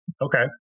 Okay